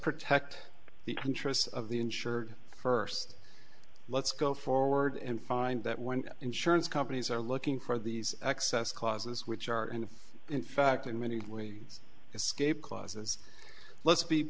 protect the interests of the insured first let's go forward and find that when insurance companies are looking for these excess clauses which are and in fact in many leads escape clauses let's be